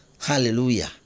Hallelujah